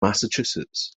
massachusetts